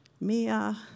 MIA